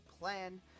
plan